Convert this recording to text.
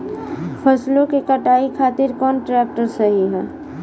फसलों के कटाई खातिर कौन ट्रैक्टर सही ह?